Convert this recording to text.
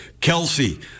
Kelsey